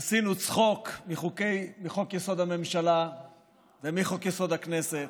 עשינו צחוק מחוק-יסוד: הממשלה ומחוק-יסוד: הכנסת,